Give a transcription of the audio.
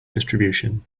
distribution